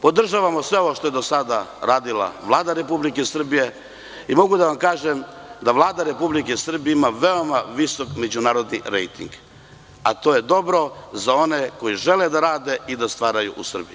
Podržavamo sve ono što je do sada radila Vlada Republike Srbije i mogu da vam kažem da Vlada Republike Srbije ima veoma visok međunarodni rejting, a to je dobro za one koji žele da rade i da stvaraju u Srbiji.